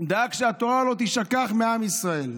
דאג שהתורה לא תישכח מעם ישראל.